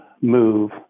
move